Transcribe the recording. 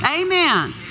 Amen